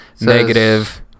negative